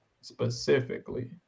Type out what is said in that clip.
specifically